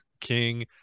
King